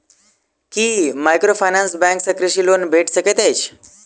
की microfinance bank सँ कृषि loan भेटि सकैत अछि?